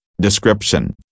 Description